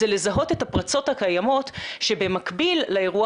זה לזהות את הפרצות הקיימות שבמקביל לאירוע